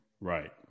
Right